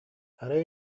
арай